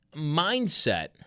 mindset